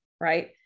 right